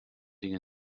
tinc